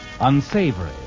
unsavory